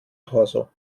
torso